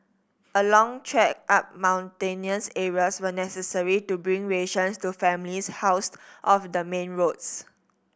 a long trek up mountainous areas were necessary to bring rations to families housed off the main roads